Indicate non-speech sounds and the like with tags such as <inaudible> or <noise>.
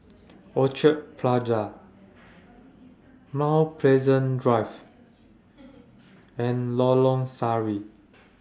<noise> Orchard Plaza Mount Pleasant Drive and Lorong Sari